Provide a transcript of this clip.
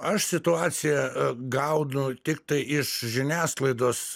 aš situaciją gaunu tiktai iš žiniasklaidos